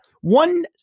one